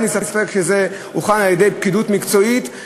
אין לי ספק שזה הוכן על-ידי פקידות מקצועית,